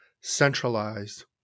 centralized